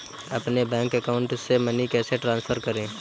अपने bank account से money कैसे ट्रांसफर करें?